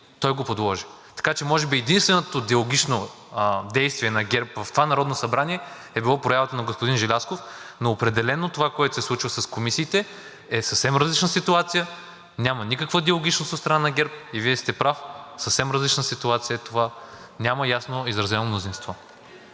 той го подложи. Така че може би единственото диалогично действие на ГЕРБ в това Народно събрание е била проявата на господин Желязков, но определено това, което се случва с комисиите, е съвсем различна ситуация. Няма никаква диалогичност от страна на ГЕРБ и Вие сте прав – съвсем различна ситуация е това. Няма ясно изразено мнозинство.